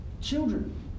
children